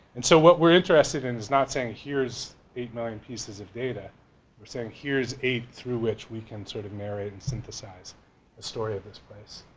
and so what we're interested in is not saying here's eight million pieces of data we're saying, here's eight through which we can sort of narrate and synthesize a story of this place.